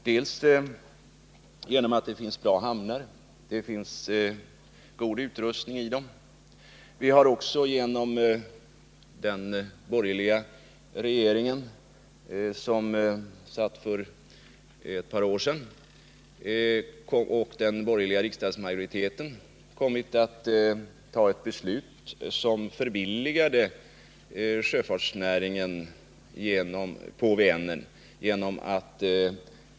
För det första finns det bra hamnar — det finns god utrustning i dem. För det andra har vi genom den borgerliga regering som satt för ett par år sedan och den borgerliga riksdagsmajoriteten kommit att fatta ett beslut som förbilligade sjöfarten på Vänern.